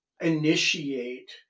initiate